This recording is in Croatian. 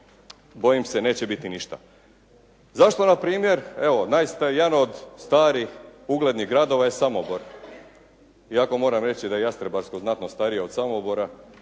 bojim se neće biti ništa. Zašto na primjer, evo jedan od starih uglednih gradova je Samobor. Iako moram reći da je Jastrebarsko znatno starije od Samobora